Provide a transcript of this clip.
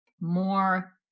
more